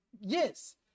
Yes